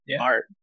art